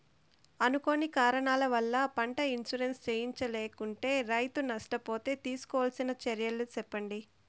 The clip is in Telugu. అనుకోని కారణాల వల్ల, పంట ఇన్సూరెన్సు చేయించలేకుంటే, రైతు నష్ట పోతే తీసుకోవాల్సిన చర్యలు సెప్పండి?